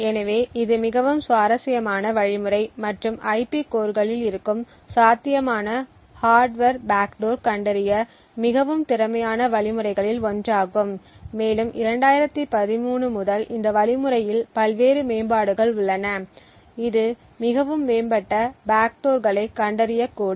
எனவே இது மிகவும் சுவாரஸ்யமான வழிமுறை மற்றும் ஐபி கோர்களில் இருக்கும் சாத்தியமான ஹார்ட்வர் பேக்டோர் கண்டறிய மிகவும் திறமையான வழிமுறைகளில் ஒன்றாகும் மேலும் 2013 முதல் இந்த வழிமுறையில் பல்வேறு மேம்பாடுகள் உள்ளன இது மிகவும் மேம்பட்ட பேக்டோர் களைக் கண்டறியக்கூடும்